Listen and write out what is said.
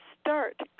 start